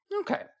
Okay